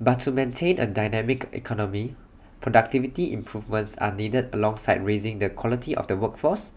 but to maintain A dynamic economy productivity improvements are needed alongside raising the quality of the workforce